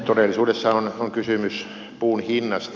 todellisuudessa on kysymys puun hinnasta